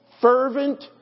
fervent